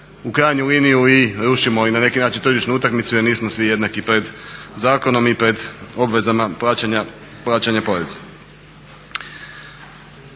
u kranju liniju i rušimo i na neki način tržišnu utakmicu jer nismo svi jednaki pred zakonom i pred obavezama plaćanja poreza.